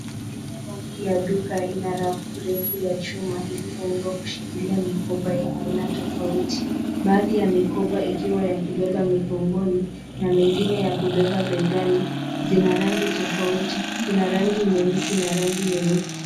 Sehemu hii ya duka inarafu refu ya chuma iliyoundwa kushikilia mikoba ya aina tofauti tofauti baadhi ya mikoba ikiwa ya kubeba migongoni na mengine ya kubeba begani zina rangi tofauti, zina rangi nyeusi na rangi nyeupe.